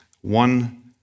one